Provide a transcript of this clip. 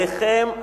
עליכם,